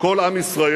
כל עם ישראל,